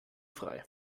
frei